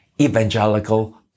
Evangelical